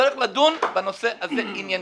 צריך לדון בנושא הזה עניינית.